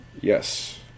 yes